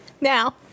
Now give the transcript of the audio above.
Now